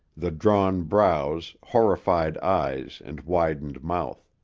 the drawn brows, horrified eyes, and widened mouth.